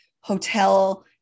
hotel